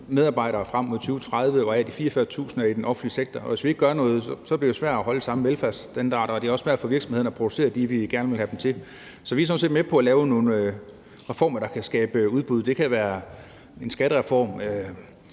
medarbejdere frem mod 2030, hvoraf de 44.000 er i den offentlige sektor, og hvis vi ikke gør noget, så bliver det svært at holde den samme velfærdsstandard, og det er også svært for virksomhederne at producere det, vi gerne vil have dem til. Så vi er sådan set med på at lave nogle reformer, der kan skabe udbud. Det kan være en skattereform,